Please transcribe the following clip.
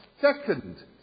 second